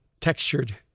textured